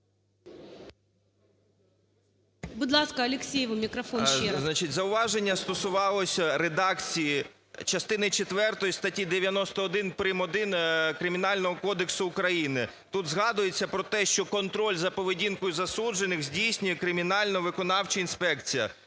ще раз. 11:35:18 АЛЕКСЄЄВ І.С. Зауваження стосувалось редакції частини четвертої статті 91 прим. 1 Кримінального кодексу України. Тут згадується про те, що контроль за поведінкою засуджених здійснює кримінально-виконавча інспекція.